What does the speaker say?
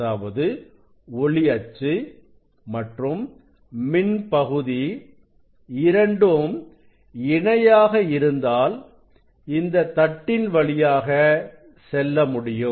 அதாவது ஒளி அச்சு மற்றும் மின் பகுதி இரண்டும் இணையாக இருந்தால் இந்த தட்டின் வழியாக செல்ல முடியும்